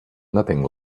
nothing